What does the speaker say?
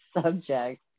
subject